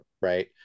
Right